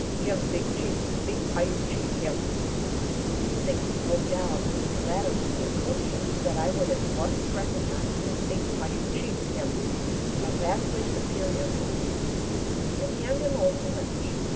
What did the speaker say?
him big chief big piute chief, him thinking, no doubt, this latter would be a clincher, and that i would at once recognize in big piute chief, him a vastly superior being and hand him over the wrench.